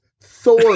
Thor